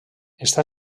està